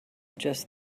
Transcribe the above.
just